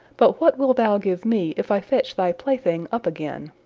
but what wilt thou give me if i fetch thy plaything up again?